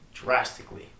Drastically